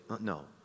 no